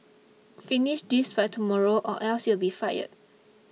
finish this by tomorrow or else you'll be fired